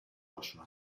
possono